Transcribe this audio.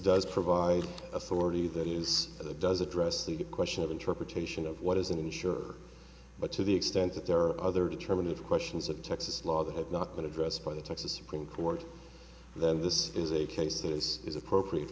does provide authority that is does address the question of interpretation of what is an insurer but to the extent that there are other determinate questions of texas law that have not been addressed by the texas supreme court then this is a case that is is appropriate